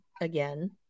again